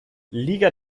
liga